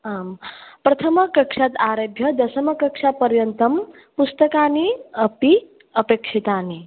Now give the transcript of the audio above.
आं प्रथमकक्षायाः आरभ्य दशमकक्षापर्यन्तं पुस्तकानि अपि अपेक्षितानि